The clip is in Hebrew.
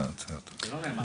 זה לא נאמר.